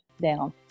down